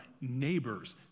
neighbors